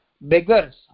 beggars